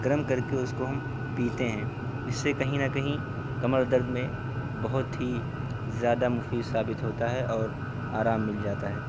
گرم کرکے اس کو ہم پیتے ہیں اس سے کہیں نہ کہیں کمر درد میں بہت ہی زیادہ مفید ثابت ہوتا ہے اور آرام مل جاتا ہے